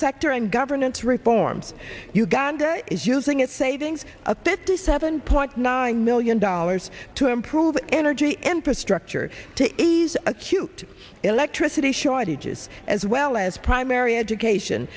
sector and government reforms uganda is using its savings a fifty seven point nine million dollars to improve energy enter structure to ease acute electricity shortages as well as primary education